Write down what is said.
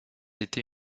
été